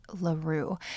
LaRue